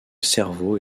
cerveau